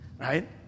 right